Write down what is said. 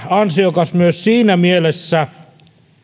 ansiokas myös siinä mielessä